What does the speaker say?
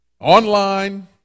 online